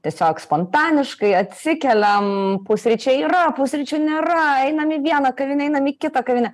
tiesiog spontaniškai atsikeliam pusryčiai yra pusryčių nėra einam į vieną kavinę einam į kitą kavinę